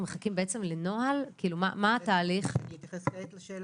אנחנו שמחים לפתוח את הדיון היום, יום שלישי,